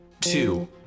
two